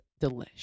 delish